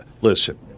listen